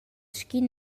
sc’in